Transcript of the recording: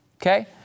okay